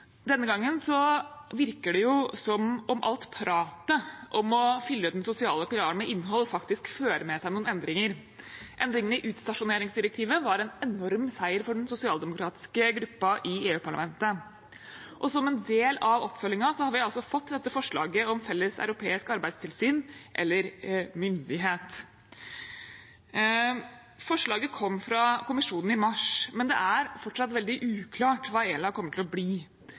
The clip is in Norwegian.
Denne gangen virker det som om alt pratet om å fylle den sosiale pilaren med innhold faktisk fører med seg noen endringer. Endringene i utstasjoneringsdirektivet var en enorm seier for den sosialdemokratiske gruppen i EU-parlamentet. Som en del av oppfølgingen har vi altså fått dette forslaget om felles europeisk arbeidstilsyn eller -myndighet. Forslaget kom fra Kommisjonen i mars, men det er fortsatt veldig uklart hva ELA kommer til å bli.